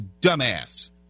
dumbass